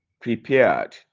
prepared